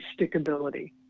stickability